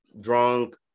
drunk